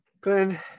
Glenn